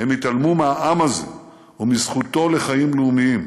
הם התעלמו מהעם הזה ומזכותו לחיים לאומיים.